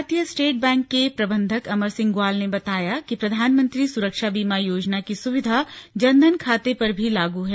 भारतीय state bank के प्रबंधक अमर सिंह ग्वाल ने बताया कि प्रधानमंत्री सुरक्षा बीमा योजना की सुविधा जनधन खाते पर भी लागू है